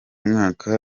mwaka